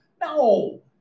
no